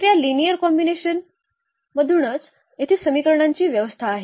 तर या linear combination मधूनच येथे समीकरणांची व्यवस्था आहे